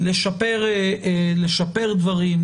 לשפר דברים,